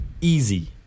easy